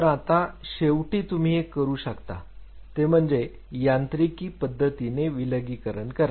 तर आता शेवटी तुम्ही एक करू शकता ते म्हणजे यांत्रिकी पद्धतीने विलगीकरण करणे